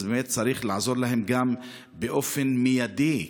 אז באמת צריך לעזור להם גם באופן מיידי,